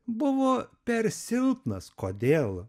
buvo per silpnas kodėl